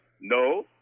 No